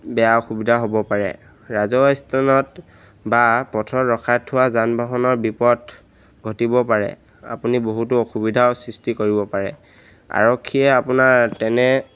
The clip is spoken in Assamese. বেয়া অসুবিধা হ'ব পাৰে ৰাজহুৱা স্থানত বা পথত ৰখাই থোৱা যান বাহনৰ বিপদ ঘটিব পাৰে আপুনি বহুতো অসুবিধাও সৃষ্টি কৰিব পাৰে আৰক্ষীয়ে আপোনাৰ তেনে